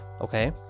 Okay